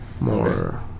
more